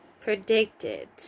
predicted